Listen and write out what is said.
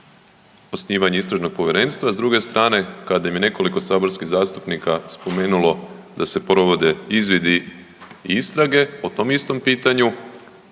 osnivanje istražnog povjerenstva, s druge strane kad im je nekoliko saborskih zastupnika spomenulo da se provode izvidi i istrage po tom istom pitanju